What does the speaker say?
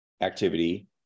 activity